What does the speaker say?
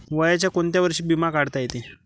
वयाच्या कोंत्या वर्षी बिमा काढता येते?